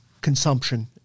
consumption